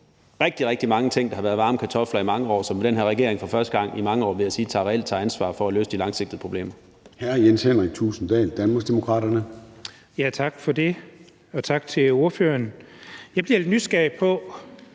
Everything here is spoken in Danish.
rigtig mange ting, der har været varme kartofler i mange år, og med den her regering bliver der for første gang i mange år, vil jeg sige, reelt taget ansvar for at løse de langsigtede problemer.